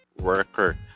worker